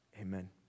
amen